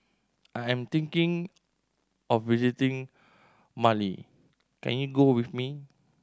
I am thinking of visiting Mali can you go with me